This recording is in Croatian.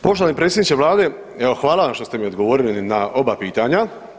Poštovani predsjedniče Vlade, evo hvala vam što ste mi odgovorili na oba pitanja.